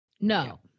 No